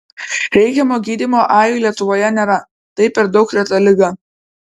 reikiamo gydymo ajui lietuvoje nėra tai per daug reta liga